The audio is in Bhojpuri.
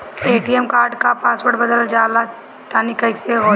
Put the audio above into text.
ए.टी.एम कार्ड क पासवर्ड बदलल चाहा तानि कइसे होई?